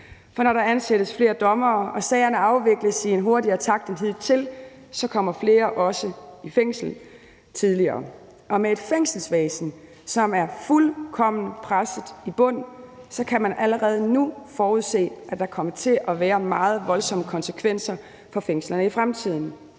For når der ansættes flere dommere og sagerne afvikles i en hurtigere takt end hidtil, kommer flere også i fængsel tidligere. Og med et fængselsvæsen, som er fuldstændig presset i bund, kan man allerede nu forudse, at der kommer til at være meget voldsomme konsekvenser for fængslerne i fremtiden.